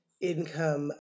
income